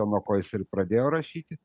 o nuo ko jis ir pradėjo rašyti